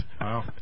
Wow